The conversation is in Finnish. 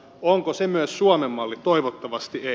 onko se myös suomen malli toivottavasti ei